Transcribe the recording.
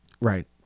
Right